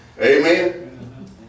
Amen